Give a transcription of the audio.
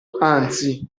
anzi